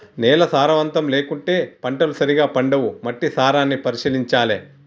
నేల సారవంతం లేకుంటే పంటలు సరిగా పండవు, మట్టి సారాన్ని పరిశీలించాలె